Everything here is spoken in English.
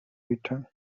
wheaton